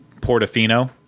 Portofino